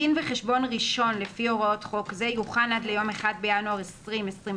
דין וחשבון ראשון לפי הוראות חוק זה יוכן עד ליום 1 בינואר 2022,